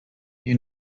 you